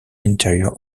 interior